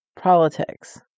politics